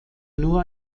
nur